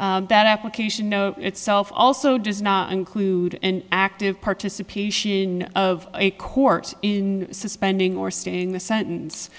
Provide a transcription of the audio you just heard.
that application itself also does not include active participation of a court in suspending or staying the sentence